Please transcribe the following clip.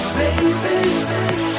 baby